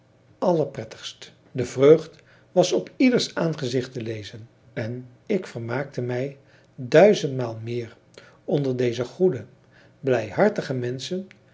aller aller prettigst de vreugd was op ieders aangezicht te lezen en ik vermaakte mij duizendmaal meer onder deze goede blijhartige menschen